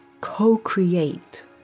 co-create